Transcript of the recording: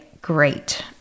great